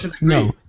no